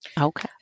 Okay